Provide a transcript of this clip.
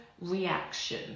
reaction